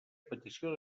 petició